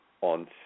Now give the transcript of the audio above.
on